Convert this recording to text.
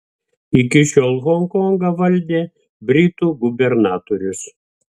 iki šiol honkongą valdė britų gubernatorius